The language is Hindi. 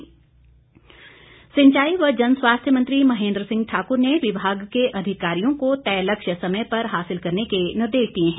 महेंद्र सिंह सिंचाई व जनस्वास्थ्य मंत्री महेंद्र सिंह ठाक्र ने विभाग के अधिकारियों को तय लक्ष्य समय पर हासिल करने के निर्देश दिए हैं